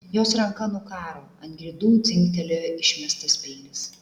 jos ranka nukaro ant grindų dzingtelėjo išmestas peilis